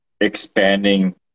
expanding